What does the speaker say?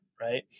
right